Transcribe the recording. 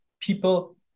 people